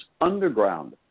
underground